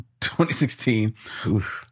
2016